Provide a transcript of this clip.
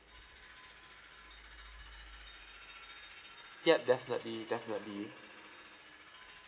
yup definitely definitely